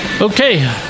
Okay